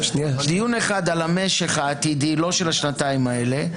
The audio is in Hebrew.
דיון אחד על המשך העתידי לא של השנתיים האלה,